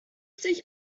sich